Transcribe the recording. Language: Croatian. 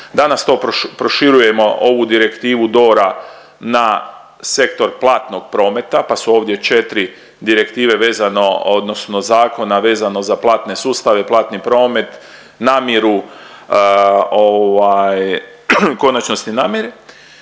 danas to proširujemo ovu Direktivu DORA na sektor platnog prometa pa su ovdje četri direktive vezano odnosno zakona vezano za platne sustave, platni promet, namjeru konačnosti … i